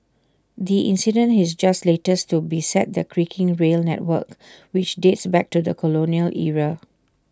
the incident is just latest to beset the creaking rail network which dates back to the colonial era